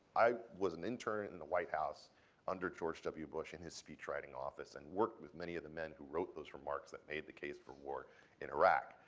i was an intern in the white house under george w. bush, in his speech writing office, and worked with many of the men who wrote those remarks that made the case for war in iraq.